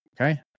okay